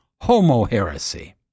Homo-heresy